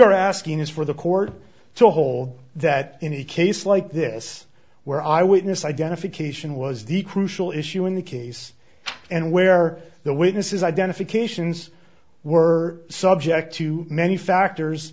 are asking is for the court to hold that in a case like this where i witness identification was the crucial issue in the case and where the witnesses identifications were subject to many factors